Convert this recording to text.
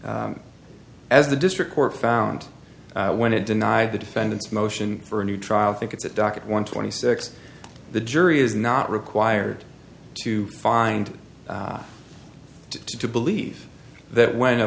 as the district court found when it denied the defendant's motion for a new trial think it's a docket one twenty six the jury is not required to find it to believe that when a